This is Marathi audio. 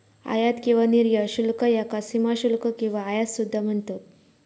आयात किंवा निर्यात शुल्क याका सीमाशुल्क किंवा आयात सुद्धा म्हणतत